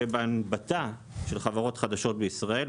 ובהנבטה של חברות חדשות בישראל.